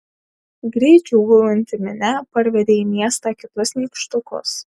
greit džiūgaujanti minia parvedė į miestą kitus nykštukus